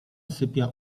sypia